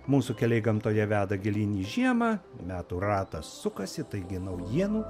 mūsų keliai gamtoje veda gilyn į žiemą metų ratas sukasi taigi naujienų